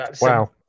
wow